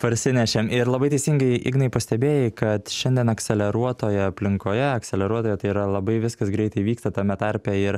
parsinešėm ir labai teisingai ignai pastebėjai kad šiandien akseleruotoje aplinkoje akseleruotoje o tai yra labai viskas greitai vyksta tame tarpe ir